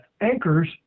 anchors